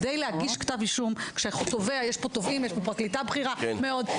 יש פה תובעים, יש פה פרקליטה בכירה מאוד.